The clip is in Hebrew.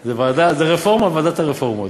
זה רפורמה, ועדת הרפורמות.